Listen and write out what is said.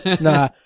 Nah